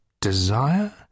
desire